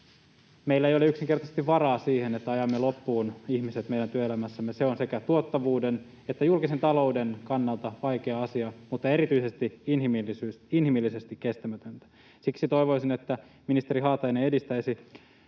Meillä ei ole yksinkertaisesti varaa siihen, että ajamme ihmiset loppuun meidän työelämässämme. Se on sekä tuottavuuden että julkisen talouden kannalta vaikea asia mutta erityisesti inhimillisesti kestämätöntä. Siksi toivoisin, että ministeri Haatainen edistäisi